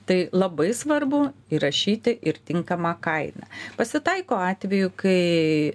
tai labai svarbu įrašyti ir tinkamą kainą pasitaiko atvejų kai